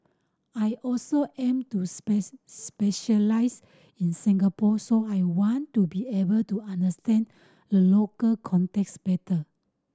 I also aim to specialise in Singapore so I wanted to be able to understand the local context better